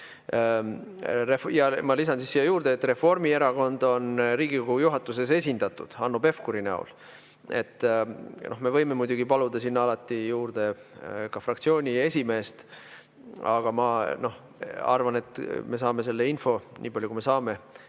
ma lisan siia juurde, et Reformierakond on Riigikogu juhatuses esindatud Hanno Pevkuriga. Me võime muidugi paluda sinna alati juurde ka fraktsiooni esimehe, aga ma arvan, et me saame selle info – nii palju, kui me saame